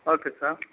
okay sir